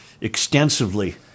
extensively